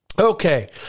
Okay